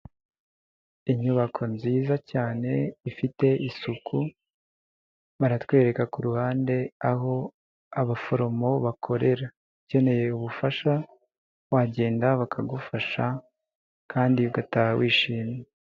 Inyubako nziza cyane ifite isuku, baratwereka ku ruhande aho abaforomo bakorera, ukeneye ubufasha wagenda bakagufasha kandi ugataha wishimye.